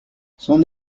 son